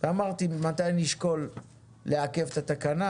אמרתי מתי נשקול לעכב את התקנה,